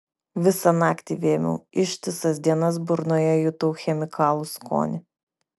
visą naktį vėmiau ištisas dienas burnoje jutau chemikalų skonį